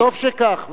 וטוב שכך.